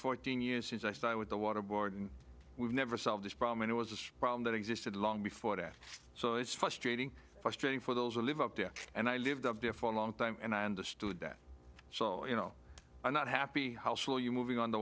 fourteen years since i started with the water board and we've never solved this problem and it was a problem that existed long before that so it's frustrating questioning for those who live up there and i lived up there for a long time and i understood that so you know i'm not happy how slow you moving on t